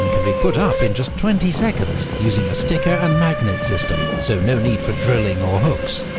and can be put up in just twenty seconds, using a sticker and magnet system, so no need for drilling or hooks.